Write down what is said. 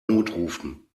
notrufen